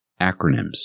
Acronyms